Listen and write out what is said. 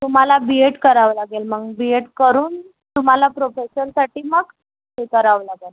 तुम्हाला B Ed करावं लागेल मग बी एट करून तुम्हाला प्रोफेसरसाठी मग हे करावं लागेल